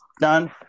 done